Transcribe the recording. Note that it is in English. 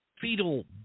fetal